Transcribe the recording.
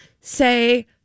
say